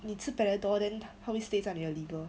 你吃 panadol then 它会 stay 在你的 liver